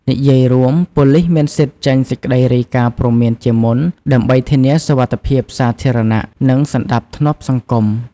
និយាយរួម ប៉ូលីសមានសិទ្ធិចេញសេចក្តីរាយការណ៍ព្រមានជាមុន ដើម្បីធានាសុវត្ថិភាពសាធារណៈ និងសណ្ដាប់ធ្នាប់សង្គម។